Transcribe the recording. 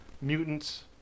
mutants